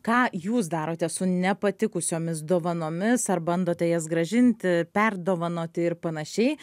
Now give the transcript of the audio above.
ką jūs darote su nepatikusiomis dovanomis ar bandote jas grąžinti perdovanoti ir panašiai